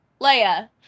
Leia